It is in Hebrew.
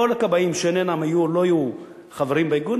כל הכבאים שלא יהיו חברים באיגוד,